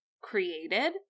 created